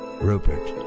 Rupert